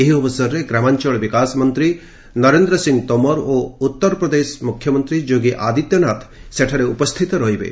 ଏହି ଅବସରରେ ଗ୍ରାମାଞ୍ଚଳ ବିକାଶ ମନ୍ତ୍ରୀ ନରେନ୍ଦ୍ର ସିଂହ ତୋମର ଓ ଉତ୍ତର ପ୍ରଦେଶ ମୁଖ୍ୟମନ୍ତ୍ରୀ ଯୋଗୀ ଆଦିତ୍ୟନାଥ ସେଠାରେ ଉପସ୍ଥିତ ରହିବେ